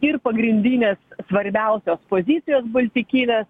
ir pagrindinės svarbiausios pozicijos baltikinės